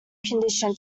condition